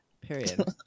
period